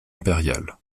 impériale